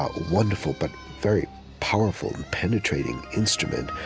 ah wonderful, but very powerful and penetrating instrument.